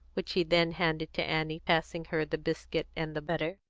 which he then handed to annie, passing her the biscuit and the butter.